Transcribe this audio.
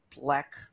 black